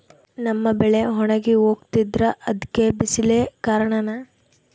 ನಮ್ಮ ಬೆಳೆ ಒಣಗಿ ಹೋಗ್ತಿದ್ರ ಅದ್ಕೆ ಬಿಸಿಲೆ ಕಾರಣನ?